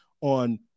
on